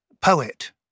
poet